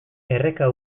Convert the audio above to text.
erreka